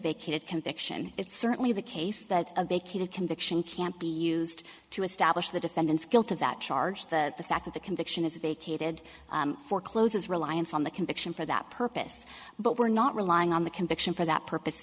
vacated conviction it's certainly the case that a vacated conviction can't be used to establish the defendant's guilt of that charge the fact that the conviction is vacated forecloses reliance on the conviction for that purpose but we're not relying on the conviction for that purpose